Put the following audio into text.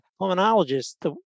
pulmonologist